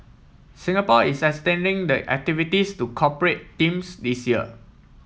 Singapore is extending the activities to corporate teams this year